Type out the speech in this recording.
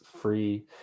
free